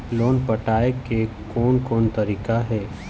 Loan पटाए के कोन कोन तरीका हे?